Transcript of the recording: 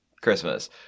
Christmas